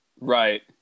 Right